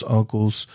uncles